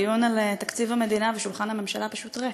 דיון על תקציב המדינה ושולחן הממשלה פשוט ריק.